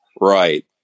right